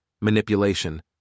manipulation